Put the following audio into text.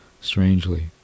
strangely